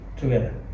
Together